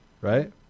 right